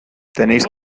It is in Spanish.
tenéis